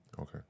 Okay